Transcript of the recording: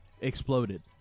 exploded